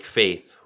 faith